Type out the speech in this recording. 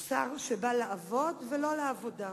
שר שבא לעבוד ולא לעבודה.